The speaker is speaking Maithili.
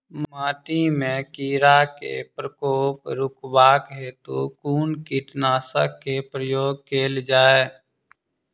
माटि मे कीड़ा केँ प्रकोप रुकबाक हेतु कुन कीटनासक केँ प्रयोग कैल जाय?